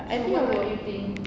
I think I will